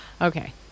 Okay